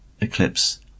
eclipse